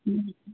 ꯎꯝ